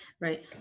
right